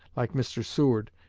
like mr. seward,